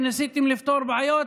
וניסיתם לפתור בעיות,